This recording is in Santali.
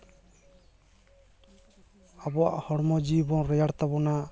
ᱟᱵᱚᱣᱟᱜ ᱦᱚᱲᱢᱚ ᱡᱤᱣᱤ ᱵᱚᱱ ᱨᱮᱭᱟᱲ ᱛᱟᱵᱚᱱᱟ